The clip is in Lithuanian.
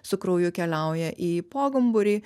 su krauju keliauja į pogumburį